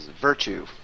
virtue